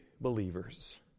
believers